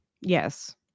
Yes